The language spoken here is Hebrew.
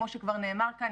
כמו שכבר נאמר כאן,